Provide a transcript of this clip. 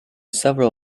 several